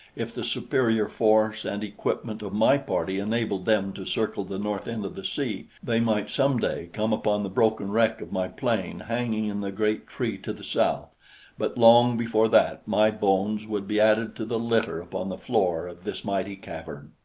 if the superior force and equipment of my party enabled them to circle the north end of the sea, they might some day come upon the broken wreck of my plane hanging in the great tree to the south but long before that, my bones would be added to the litter upon the floor of this mighty cavern.